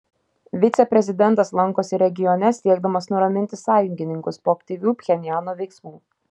viceprezidentas lankosi regione siekdamas nuraminti sąjungininkus po aktyvių pchenjano veiksmų